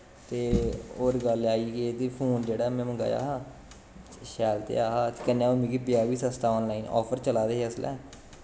ते होर गल्ल आई एह्दी फोन जेह्ड़ा में मंगाया हा शैल ते ऐ हा कन्नै पेआ मिगी सस्ता आनलाइन आफर चला दे हे उसलै